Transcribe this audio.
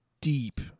deep